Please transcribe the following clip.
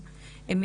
חלק אני